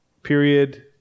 period